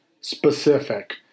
specific